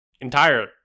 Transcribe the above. Entire